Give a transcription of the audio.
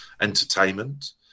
entertainment